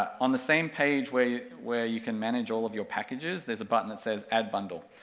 on the same page where where you can manage all of your packages, there's a button that says add bundle,